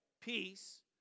peace